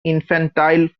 infantile